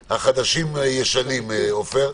החדשים-ישנים, עופר,